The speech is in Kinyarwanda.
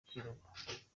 kwirabura